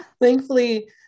thankfully